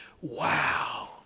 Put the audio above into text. Wow